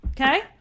Okay